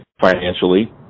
financially